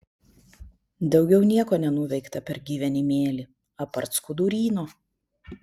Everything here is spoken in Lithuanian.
daugiau nieko nenuveikta per gyvenimėlį apart skuduryno